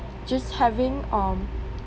just having um